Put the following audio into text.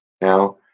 Now